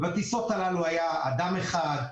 ובטיסות הללו היו אדם אחד,